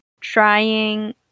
trying